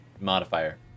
modifier